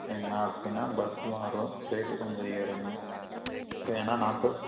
சரிங்களா அப்படின்னா பஸ்ஸு மாறும் ரேட்டு கொஞ்சம் ஏறும்ங்க ஏன்னால் நாற்பது